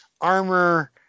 Armor